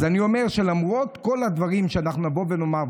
אז אני אומר שלמרות כל הדברים שאנחנו נבוא ונאמר,